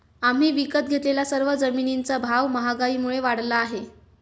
आम्ही विकत घेतलेल्या सर्व जमिनींचा भाव महागाईमुळे वाढला आहे